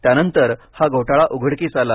त्यानंतर हा घोटाळा उघडकीस आला